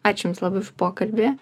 aš jums labai už pokalbį